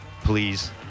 please